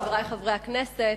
חברי חברי הכנסת,